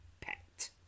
pet